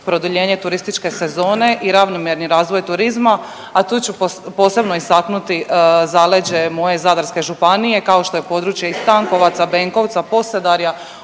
produljenje turističke sezone i ravnomjerni razvoj turizma, a tu ću posebno istaknuti zaleđe moje Zadarske županije, kao što je područje i Stankovaca, Benkovca, Posedarja,